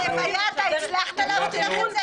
כדי להחזיר אמון?